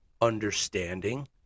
understanding